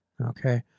okay